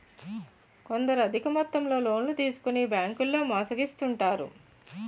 కొందరు అధిక మొత్తంలో లోన్లు తీసుకొని బ్యాంకుల్లో మోసగిస్తుంటారు